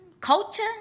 culture